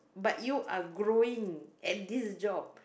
but you are growing at this job